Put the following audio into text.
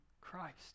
Christ